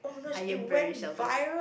I am very sheltered